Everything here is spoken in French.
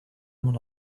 mon